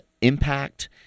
impact